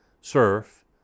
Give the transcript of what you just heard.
surf